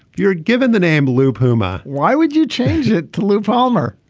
you're given the name blue puma. why would you change it to lew palmer.